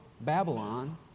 Babylon